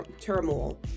turmoil